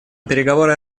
переговоры